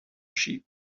sheep